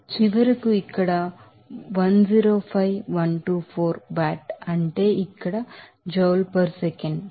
చివరకు ఇక్కడ 105 వాట్ అంటే ఇక్కడ సెకనుకు జౌల్ మనం ఇక్కడ వాట్ అక్కడ ఉండవచ్చు